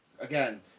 Again